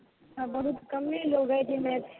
आब बहुत कमे लोग यऽ जे मैथिली